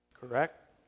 Correct